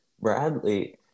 Bradley